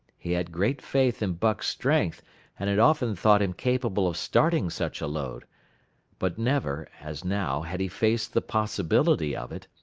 he had great faith in buck's strength and had often thought him capable of starting such a load but never, as now, had he faced the possibility of it,